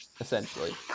essentially